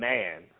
Man